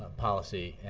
policy.